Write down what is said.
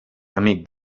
amic